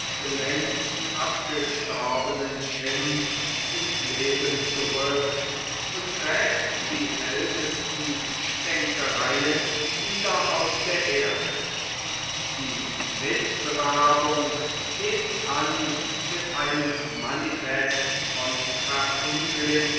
längst abgestorbenen schimpf ins leben zurück und gräbt die ältesten stänkereien wieder aus der erde die mitwerbung hebt an mit einem manifest von